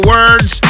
Words